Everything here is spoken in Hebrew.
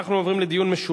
חובות דיווח ומרשם),